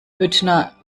büttner